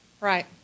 right